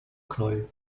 knoll